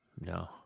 No